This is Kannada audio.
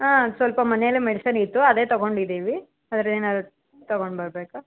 ಹಾಂ ಸ್ವಲ್ಪ ಮನೇಲೇ ಮೆಡಿಸನ್ ಇತ್ತು ಅದೇ ತಗೊಂಡಿದ್ದೀವಿ ಅಂದ್ರೆ ಏನಾದ್ರು ತಗೊಂಡು ಬರಬೇಕಾ